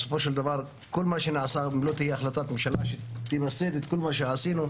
בסופו של דבר צריכה להיות החלטת ממשלה שתמסד את כל מה שעשינו.